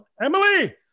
Emily